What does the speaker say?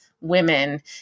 women